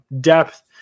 depth